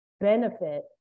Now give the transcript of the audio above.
benefit